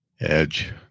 Edge